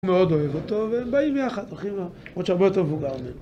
מאוד אוהב אותו, והם באים יחד, הולכים ל..., למרות שהוא הרבה יותר מבוגר ממנו.